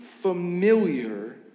familiar